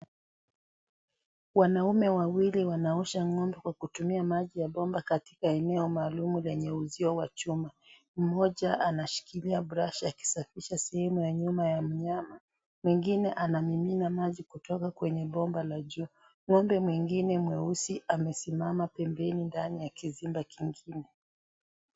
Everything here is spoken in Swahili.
Wanaume wawili wanaosha ngombe kwa kutumia maji ya bomba katika eneo maalum zenye uzio wa chuma mmoja anashikilia brush akisafisha sehemu ya nyuma ya mnyama, mwingine anamimina maji kutoka kwenye bomba la juu ng'ombe mwingine mweusi amesimama pembeni ndani ya kizimba kingine.